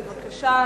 בבקשה.